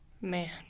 Man